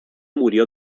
murió